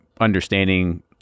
understanding